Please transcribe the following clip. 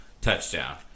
touchdown